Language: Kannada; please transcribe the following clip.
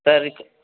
ತಾರೀಖು